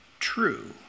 True